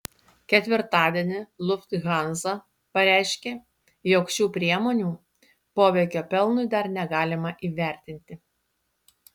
ketvirtadienį lufthansa pareiškė jog šių priemonių poveikio pelnui dar negalima įvertinti